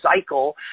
cycle